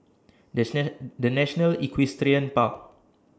The National Equestrian Park